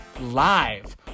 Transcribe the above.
live